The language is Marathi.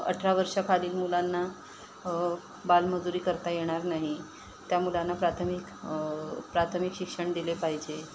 अठरा वर्षाखाली मुलांना बालमजुरी करता येणार नाही त्या मुलांना प्राथमिक प्राथमिक शिक्षण दिले पाहिजे